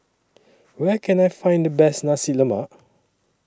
Where Can I Find The Best Nasi Lemak